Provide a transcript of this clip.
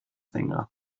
tenga